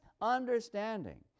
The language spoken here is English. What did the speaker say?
understanding